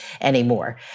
anymore